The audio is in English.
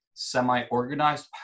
semi-organized